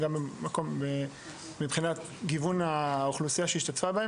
מגוונים מבחינת סוגי האוכלוסיות המשתתפות,